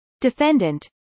defendant